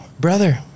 brother